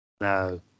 no